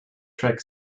track